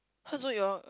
!huh! so you all